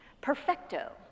perfecto